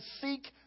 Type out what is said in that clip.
seek